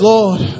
Lord